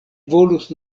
volus